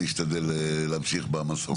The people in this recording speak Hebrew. אני אשתדל להמשיך במסורת.